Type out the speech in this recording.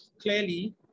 clearly